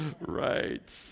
right